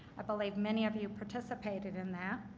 i believe many of you participated in that.